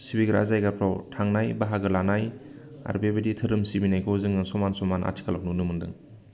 सिबिग्रा जायगाफ्राव थांनाय बाहागो लानाय आरो बेबायदि धोरोम सिबिनायखौ जोङो समान समान आथिखालाव नुनो मोनदों